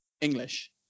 English